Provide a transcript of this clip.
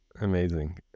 Amazing